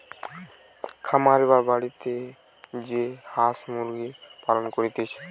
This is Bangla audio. খামারে বা বাড়িতে যে হাঁস মুরগির পালন করতিছে